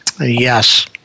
Yes